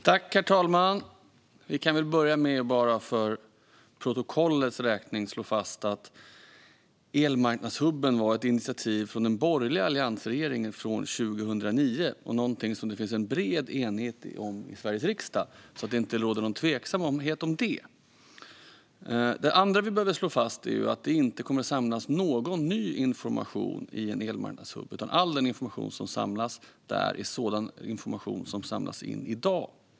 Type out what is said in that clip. Herr talman! Vi kan väl börja med, bara för protokollets räkning, att slå fast att elmarknadshubben var ett initiativ av den borgerliga alliansregeringen 2009 och att det är något som det finns en bred enighet om i Sveriges riksdag, så att det inte råder någon tveksamhet om det. Det andra vi behöver slå fast är att det inte kommer att samlas någon ny information i en elmarknadshubb, utan all information som samlas där är sådan information som samlas in i dag.